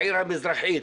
בעיר המזרחית,